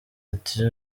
ati